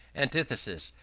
antithesis,